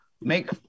make